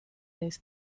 this